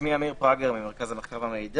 שמי אמיר פרגר, ואני ממרכז המחקר והמידע.